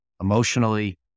emotionally